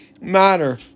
matter